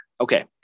Okay